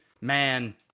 man